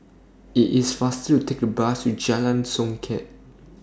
IT IS faster to Take The Bus to Jalan Songket